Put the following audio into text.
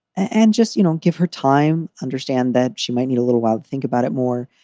and just, you know, give her time, understand that she might need a little while to think about it more.